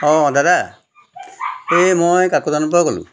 অঁ দাদা এই মই কাকজানৰপৰা ক'লোঁ